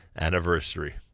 anniversary